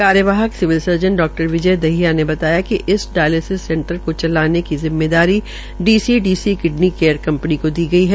कार्यवाहक civil surgeon डा विजय दहिया ने बताया कि इस डायलिसस सेंटर को चलाने की जिम्मेदारी डीसीडीसी किडंनी केयर कपंनी को दी गई है